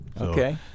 Okay